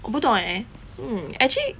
我不懂 eh hmm actually